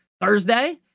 Thursday